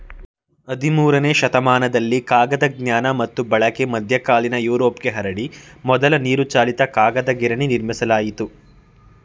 ಹದಿಮೂರನೇ ಶತಮಾನದಲ್ಲಿ ಕಾಗದ ಜ್ಞಾನ ಮತ್ತು ಬಳಕೆ ಮಧ್ಯಕಾಲೀನ ಯುರೋಪ್ಗೆ ಹರಡಿ ಮೊದಲ ನೀರುಚಾಲಿತ ಕಾಗದ ಗಿರಣಿ ನಿರ್ಮಿಸಲಾಯಿತು